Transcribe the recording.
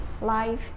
life